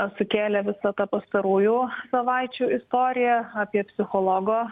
sukėlė visa ta pastarųjų savaičių istorija apie psichologo